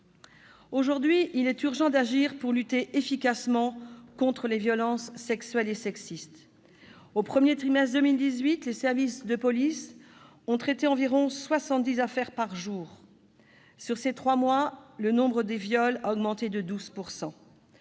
Aujourd'hui, il est urgent d'agir pour lutter efficacement contre les violences sexuelles et sexistes. Au premier trimestre de 2018, les services de police ont traité environ 170 affaires par jour. Sur ces trois mois, le nombre des viols a augmenté de 12 %.